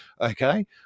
Okay